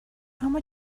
اما